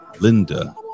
Linda